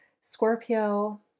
Scorpio